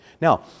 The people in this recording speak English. Now